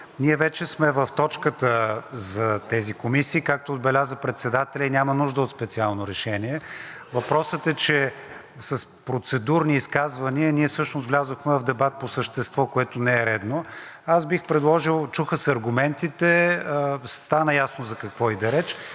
ние вече сме в точката за тези комисии, както отбеляза председателят, и няма нужда от специално решение. Въпросът е, че с процедурни изказвания ние всъщност влязохме в дебат по същество, което не е редно. Бих предложил – чуха се аргументите, стана ясно за какво иде реч,